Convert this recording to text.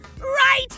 right